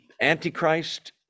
antichrist